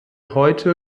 heute